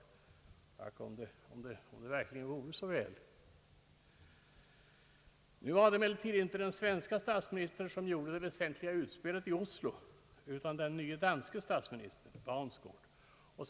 Ack, om det verkligen vore så väl! Nu var det emellertid inte den svenske statsministern som gjorde det väsentliga utspelet i Oslo, utan den nye danske statsministern Baunsgaard.